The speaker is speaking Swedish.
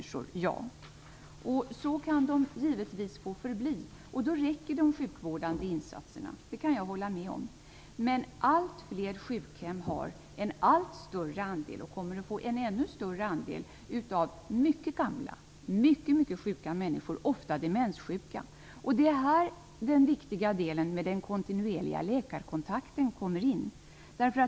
Så kan de givetvis förbli, och då räcker de sjukvårdande insatserna, det kan jag hålla med om. Men allt fler sjukhem har en allt större andel - och kommer att få en ännu större andel - av mycket gamla och mycket sjuka människor, ofta demenssjuka. Det är här den viktiga delen med den kontinuerliga läkarkontakten kommer in.